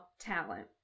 talent